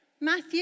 Matthew